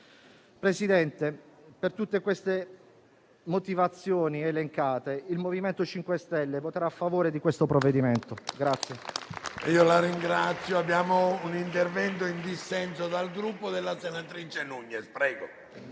Presidente, per tutte le motivazioni elencate, il MoVimento 5 Stelle voterà a favore del provvedimento in